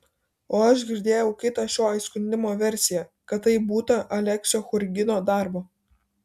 o aš girdėjau kitą šio įskundimo versiją kad tai būta aleksio churgino darbo